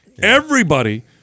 Everybody-